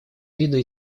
виду